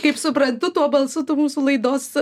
kaip suprantu tuo balsu tu mūsų laidos